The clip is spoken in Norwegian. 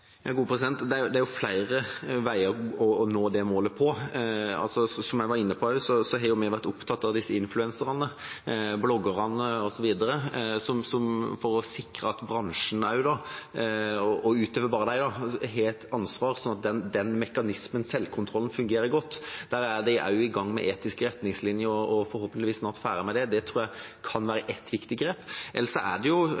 Det er flere veier å gå for å nå det målet. Som jeg var inne på, har vi vært opptatt av influenserne og bloggerne osv. for å sikre at også bransjen, og utover bare dem, har et ansvar, slik at den mekanismen, den selvkontrollen fungerer godt. Der er de også i gang med etiske retningslinjer, og er forhåpentligvis snart ferdig med det. Det tror jeg kan